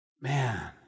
Man